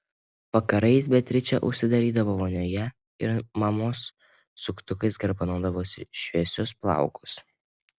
vakarais beatričė užsidarydavo vonioje ir mamos suktukais garbanodavosi šviesius plaukus